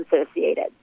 associated